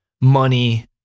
money